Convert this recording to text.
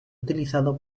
utilizado